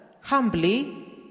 humbly